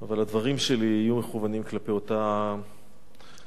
אבל הדברים שלי יהיו מכוונים כלפי אותה ישות,